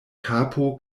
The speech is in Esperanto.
kapo